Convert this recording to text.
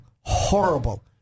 horrible